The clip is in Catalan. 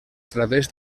través